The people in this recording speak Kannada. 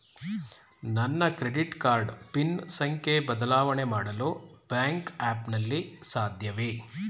ನನ್ನ ಕ್ರೆಡಿಟ್ ಕಾರ್ಡ್ ಪಿನ್ ಸಂಖ್ಯೆ ಬದಲಾವಣೆ ಮಾಡಲು ಬ್ಯಾಂಕ್ ಆ್ಯಪ್ ನಲ್ಲಿ ಸಾಧ್ಯವೇ?